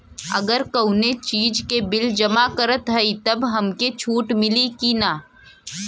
अगर कउनो चीज़ के बिल जमा करत हई तब हमके छूट मिली कि ना?